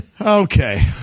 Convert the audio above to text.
Okay